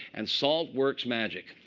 and salt works magic.